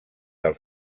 del